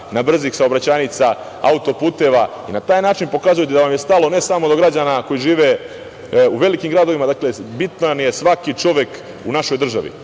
brzih saobraćajnica, auto-puteva. Na taj način pokazujete da vam je stalo, ne samo do građana koji žive u velikim gradovima, bitan vam je svaki čovek u našoj državi. Mi